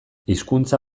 hizkuntza